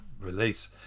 release